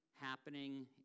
happening